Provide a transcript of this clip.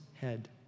head